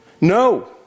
No